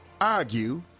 argue